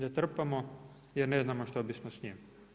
Zatrpamo jer ne znamo što bismo s njim!